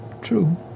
True